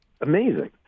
amazing